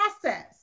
process